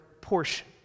portion